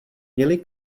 měli